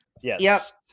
Yes